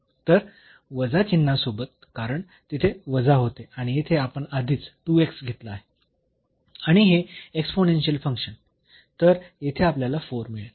तर वजा चिन्हासोबत कारण तिथे वजा होते आणि येथे आपण आधीच घेतला आहे आणि हे एक्स्पोनेन्शियल फंक्शन तर येथे आपल्याला 4 मिळेल